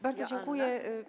Bardzo dziękuję.